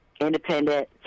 independent